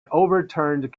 overturned